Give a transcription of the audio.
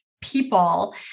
people